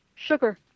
Sugar